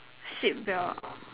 seat belt